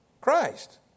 Christ